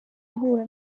guhura